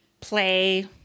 play